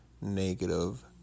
negative